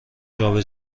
جابه